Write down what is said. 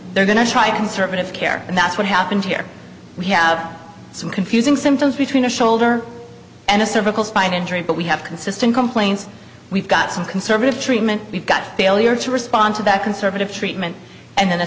they're going to try to conservative care and that's what happened here we have some confusing symptoms between a shoulder and a cervical spine injury but we have consistent complaints we've got some conservative treatment we've got failure to respond to that conservative treatment and then a